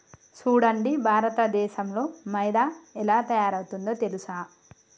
సూడండి భారతదేసంలో మైదా ఎలా తయారవుతుందో తెలుసా